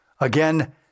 Again